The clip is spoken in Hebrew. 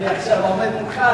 אני עכשיו עומד מולך,